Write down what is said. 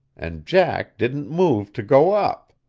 and jack didn't move to go up.